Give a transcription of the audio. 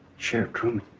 sheriff truman,